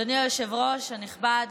אדוני היושב-ראש הנכבד,